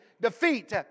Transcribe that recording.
defeat